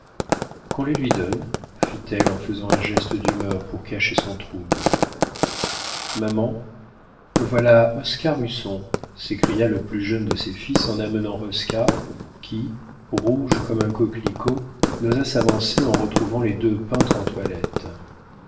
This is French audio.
qu'on les lui donne fit-elle en faisant un geste d'humeur pour cacher son trouble maman voilà oscar husson s'écria le plus jeune de ses fils en amenant oscar qui rouge comme un coquelicot n'osa s'avancer en retrouvant les deux peintres en toilette